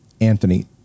Anthony